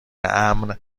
امن